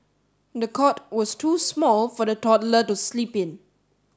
the cot was too small for the toddler to sleep in